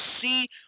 see